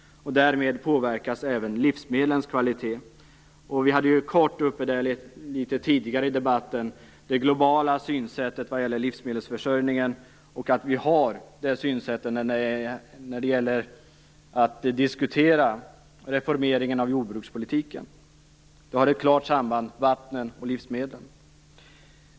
Därmed påverkas även livsmedlens kvalitet. Tidigare i debatten hade vi ju uppe frågan om det globala synsättet när det gäller livsmedelsförsörjningen, och att vi har det synsättet när det gäller att diskutera reformeringen av jordbrukspolitiken. Det finns ett klart samband mellan vatten och livsmedel.